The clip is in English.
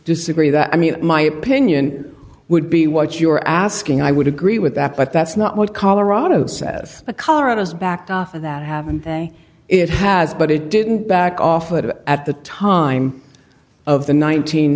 disagree that i mean my opinion would be what you are asking i would agree with that but that's not what colorado says colorado's backed off of that happened the way it has but it didn't back off at the time of the nineteen